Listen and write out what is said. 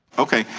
okay.